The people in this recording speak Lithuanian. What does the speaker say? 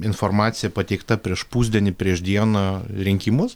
informacija pateikta prieš pusdienį prieš dieną rinkimus